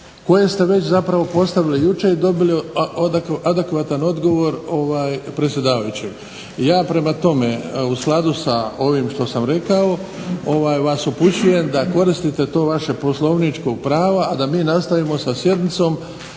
koje ste već zapravo postavili jučer i dobili adekvatan odgovor predsjedavajućeg. I ja prema tome u skladu sa ovim što sam rekao vas upućujem da koristite to vaše poslovničko pravo, a da mi nastavimo sa sjednicom